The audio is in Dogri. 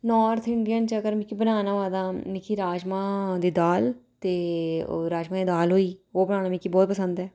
नार्थ इंडियां च अगर मिकी बनाना होऐ तां मिकी राजमांह् दी दाल ते राजमांह् दी दाल होई ओह् बनाना मिकी बनाना बहुत पसंद ऐ